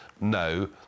no